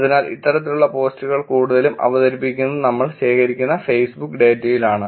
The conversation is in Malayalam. അതിനാൽ ഇത്തരത്തിലുള്ള പോസ്റ്റുകൾ കൂടുതലും അവതരിപ്പിക്കുന്നത് നമ്മൾ ശേഖരിക്കുന്ന ഫേസ്ബുക്ക് ഡാറ്റയിലാണ്